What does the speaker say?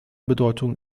bedeutung